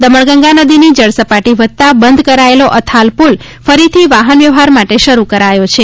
દમણગંગા નદીની જળસપાટી વધતા બંધ કરાયેલો અથાલ ્પ્રલ ફરીથી વાહનવ્યવહાર માટે શરૂ કરાયો છે